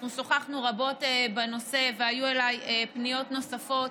אנחנו שוחחנו רבות בנושא והיו אליי פניות נוספות.